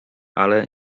ale